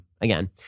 again